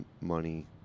money